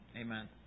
Amen